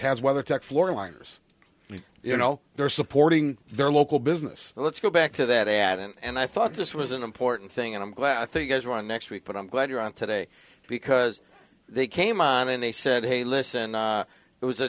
mean you know they're supporting their local business let's go back to that ad and i thought this was an important thing and i'm glad i think as one next week but i'm glad you're on today because they came on and they said hey listen it was